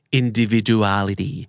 individuality